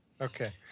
Okay